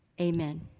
Amen